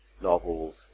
novels